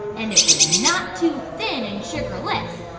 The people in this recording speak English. and it was not too thin and sugarless.